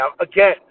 Again